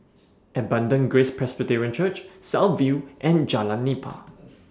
Abundant Grace Presbyterian Church South View and Jalan Nipah